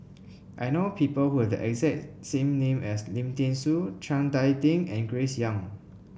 I know people who have the exact same name as Lim Thean Soo Chiang Dai Ding and Grace Young